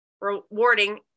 rewarding